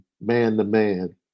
man-to-man